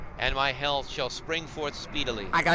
and my health shall spring forth speedily.